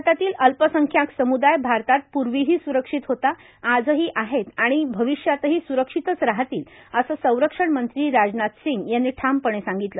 भारतातील अल्पसंख्याक सम्दाय भारतात पूर्वीही स्रक्षित होते आजही आहेत आणि भविष्यातही सुरक्षितच राहतील असं संरक्षण मंत्री राजनाथ सिंग यांनी ठामपणे सांगितलं